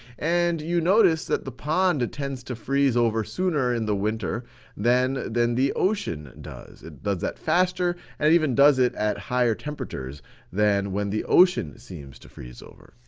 and you notice that the pond, it tends to freeze over sooner in the winter than than the ocean does. it does that faster and even does it at higher temperatures than when the ocean seems to freeze over.